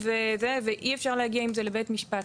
גבירתי,